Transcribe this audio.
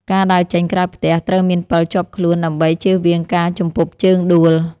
ការដើរចេញក្រៅផ្ទះត្រូវមានពិលជាប់ខ្លួន ដើម្បីជៀសវាងការជំពប់ជើងដួល។